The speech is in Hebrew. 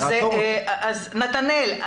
נתנאל,